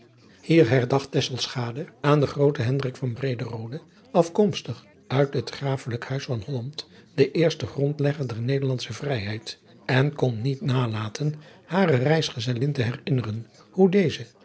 hier herdacht tesselschade aan den grooten hendrik van brederode afkomstig uit adriaan loosjes pzn het leven van hillegonda buisman het grafelijk huis van holland den eerste grondlegger der nederlandsche vrijheid en kon niet nalaten hare reisgezellin te herinneren hoe deze